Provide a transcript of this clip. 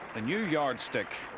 the new yardstick